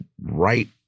right